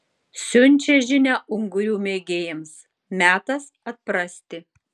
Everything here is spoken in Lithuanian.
siunčia žinią ungurių mėgėjams metas atprasti